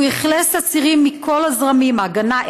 והוא אכלס אסירים מכל הזרמים: ההגנה,